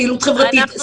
פעילות חברתית,